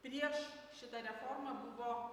prieš šitą reformą buvo